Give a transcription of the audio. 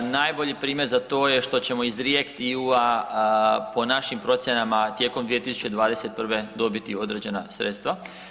Najbolji primjer za to je što ćemo iz REACT-EU po našim procjenama tijekom 2021. dobiti određena sredstva.